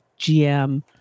GM